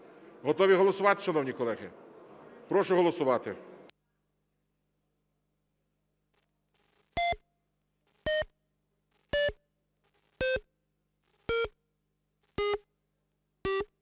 Готові голосувати, шановні колеги? Прошу голосувати.